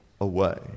away